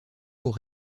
pour